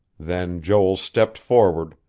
then joel stepped forward,